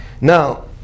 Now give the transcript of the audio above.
Now